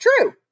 true